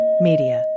Media